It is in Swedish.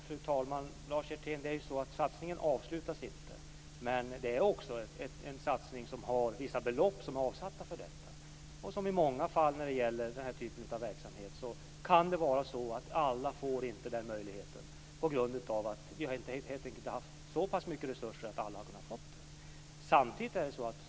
Fru talman! Satsningen avslutas inte, Lars Hjertén. Men det är en satsning som har vissa belopp avsatta för detta. Som i många fall när det gäller denna typ av verksamhet kan det vara så att alla inte får möjligheten, på grund av att vi helt enkelt inte har haft så stora resurser att alla har kunnat få det.